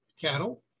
cattle